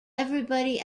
everybody